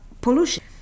pollution